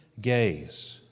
gaze